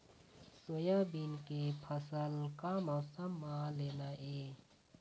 Soybean के फसल का मौसम म लेना ये?